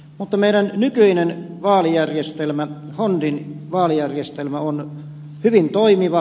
mutta meidän nykyinen vaalijärjestelmämme dhondtin vaalijärjestelmä on hyvin toimiva